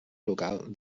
local